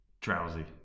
drowsy